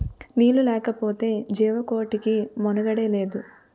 నీళ్లు లేకపోతె జీవకోటికి మనుగడే లేదు